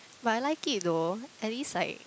but I like it though at least like